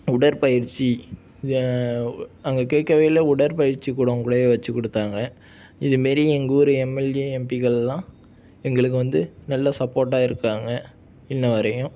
உடற்பயிற்சி நாங்கள் கேட்கவே இல்லை உடற்பயிற்சி கூடம் கூடயே வச்சி கொடுத்தாங்க இது மாரி எங்கள் ஊர் எம்எல்ஏ எம்பிகளெலாம் எங்களுக்கு வந்து நல்லா சப்போர்ட்டாக இருக்காங்க இன்று வரையும்